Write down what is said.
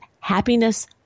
happiness